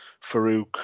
Farouk